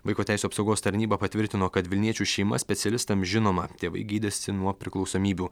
vaiko teisių apsaugos tarnyba patvirtino kad vilniečių šeima specialistams žinoma tėvai gydėsi nuo priklausomybių